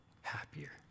happier